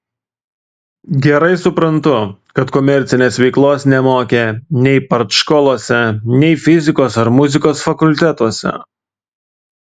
gerai suprantu kad komercinės veiklos nemokė nei partškolose nei fizikos ar muzikos fakultetuose